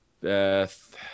Beth